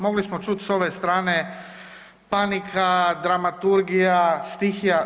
Mogli smo čuti s ove strane panika, dramaturgija, stihija.